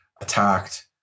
attacked